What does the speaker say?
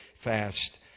fast